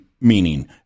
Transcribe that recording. meaning